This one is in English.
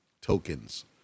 tokens